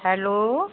hello